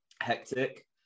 hectic